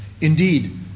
indeed